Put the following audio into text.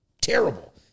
terrible